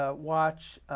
ah watch,